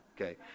Okay